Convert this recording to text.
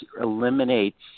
eliminates